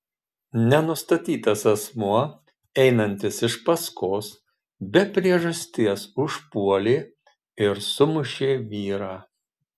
nenustatytas asmuo einantis iš paskos be priežasties užpuolė ir sumušė vyrą